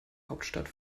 hauptstadt